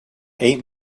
eight